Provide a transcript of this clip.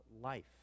life